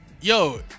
Yo